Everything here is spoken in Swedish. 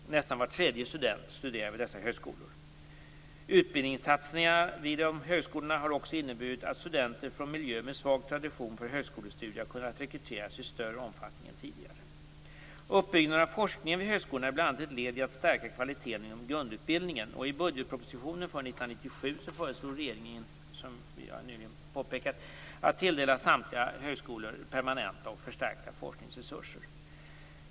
Nästan var tredje student studerar vi dessa högskolor. Utbildningssatsningarna vid de mindre och medelstora högskolorna har också inneburit att studenter från miljöer med svag tradition för högskolestudier har kunnat rekryteras i större omfattning än tidigare. Uppbyggnaden av forskningen vid högskolorna är bl.a. ett led i att stärka kvaliteten inom grundutbildningen. I budgetpropositionen för 1997 föreslog regeringen, som jag nyligen påpekade, att tilldela samtliga högskolor permanenta och förstärkta forskningsresurser.